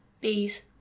Bees